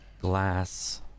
glass